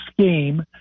scheme